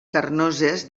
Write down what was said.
carnoses